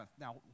Now